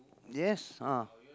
yes ah